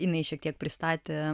jinai šiek tiek pristatė